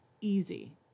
easy